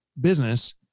business